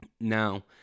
Now